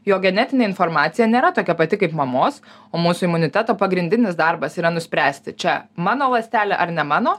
jo genetinė informacija nėra tokia pati kaip mamos o mūsų imuniteto pagrindinis darbas yra nuspręsti čia mano ląstelė ar ne mano